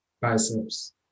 biceps